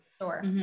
Sure